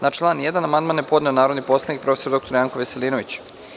Na član 1. amandman je podneo narodni poslanik prof. dr Janko Veselinović.